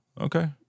okay